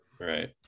right